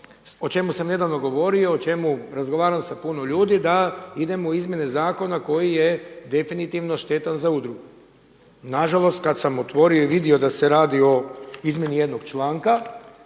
o čemu sam nedavno govorio o čemu razgovaram sa puno ljudi da idemo u izmjene zakona koji je definitivno štetan za udrugu. Nažalost, kada sam otvorio i vidio da se radi o izmjeni jednog članka,